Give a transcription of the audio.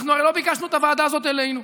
הרי אנחנו לא ביקשנו את הוועדה הזאת אלינו.